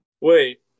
Wait